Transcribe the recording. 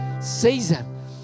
season